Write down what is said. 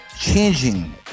changing